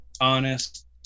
honest